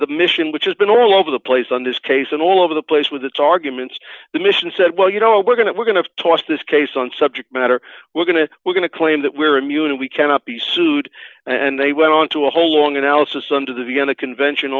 the mission which has been all over the place on this case and all over the place with its arguments the mission said well you know we're going to we're going to toss this case on subject matter we're going to we're going to claim that we're immune and we cannot be sued and they went on to a whole long analysis under the vienna convention